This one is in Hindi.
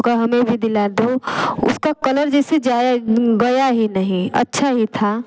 तो कहा हमें भी दिला दो उसका कलर जैसे जाया गया ही नहीं अच्छा ही था